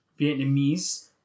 Vietnamese